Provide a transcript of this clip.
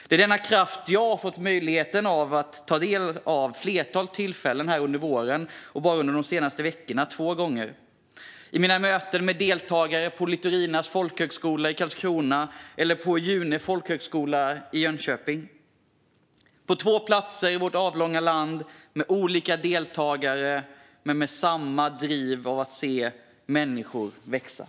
Det är denna kraft som jag har fått möjligheten att ta del av vid ett flertal tillfällen här under våren, och två gånger bara under de senaste veckorna. Det har varit vid mina möten med deltagare på Litorina folkhögskola i Karlskrona eller på June folkhögskola i Jönköping. Det är två platser i vårt avlånga land med olika deltagare men med samma driv av att se människor växa.